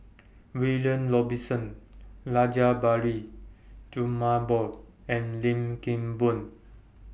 William Robinson Rajabali Jumabhoy and Lim Kim Boon